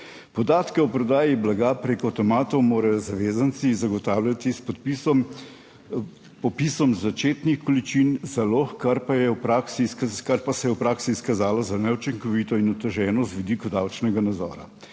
Podatke o prodaji blaga preko avtomatov morajo zavezanci zagotavljati s popisom začetnih količin zalog, kar pa se je v praksi izkazalo za neučinkovito in oteženo z vidika davčnega nadzora.